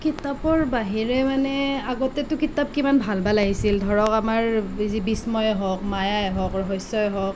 কিতাপৰ বাহিৰে মানে আগতেতো কিতাপ কিমান ভাল ভাল আহিছিল আমাৰ ধৰক বিস্ময়ে হওক মায়াই হওক ৰহস্যই হওক